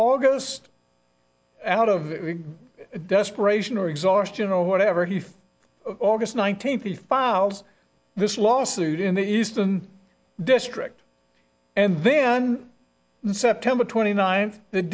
august out of desperation or exhaustion or whatever he just nineteen thirty five miles this lawsuit in the eastern district and then in september twenty ninth the